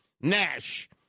Nash